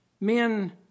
Men